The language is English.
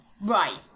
Right